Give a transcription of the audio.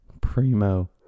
primo